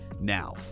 Now